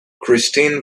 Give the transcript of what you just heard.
christine